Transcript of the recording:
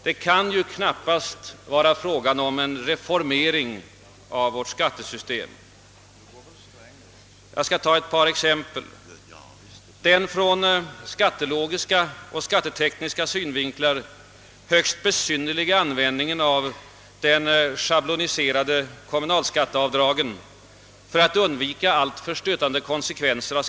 Det kan ju knappast vara fråga om en reformering av vårt skattesystem. Jag skall ta ett par exempel. Den från skattelogiska och skattetekniska synvinklar högst besynnerliga användningen av de schabloniserade. kommunalskatteavdragen för att undvika alltför stötande konsekvenser av.